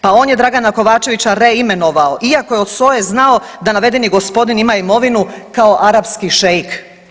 Pa on je Dragana Kovačevića reimenovao iako je od SOA-e znao da navedeni gospodin ima imovinu kao arapski šeik.